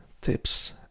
tips